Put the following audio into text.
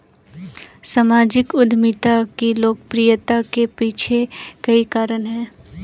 सामाजिक उद्यमिता की लोकप्रियता के पीछे कई कारण है